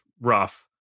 rough